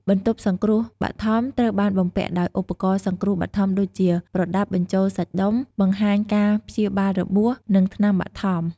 បន្ទប់សង្រ្គោះបឋមត្រូវបានបំពាក់ដោយឧបករណ៍សង្រ្គោះបឋមដូចជា ប្រដាប់បញ្ចូលសាច់ដុំ បង្ហាញការព្យាបាលរបួស និងថ្នាំបឋម។